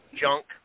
junk